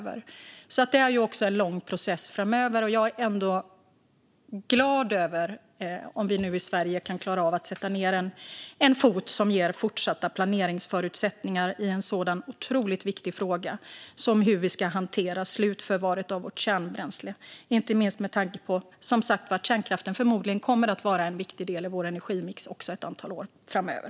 Vi har alltså en lång process framför oss. Jag är ändå glad över om vi i Sverige nu kan sätta ned foten för att ge fortsatta planeringsförutsättningar i en sådan otroligt viktig fråga som hur vi ska hantera slutförvaret av vårt kärnbränsle, inte minst med tanke på att kärnkraften som sagt förmodligen kommer att vara en viktig del i vår energimix under ett antal år framöver.